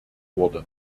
wurde